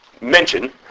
mention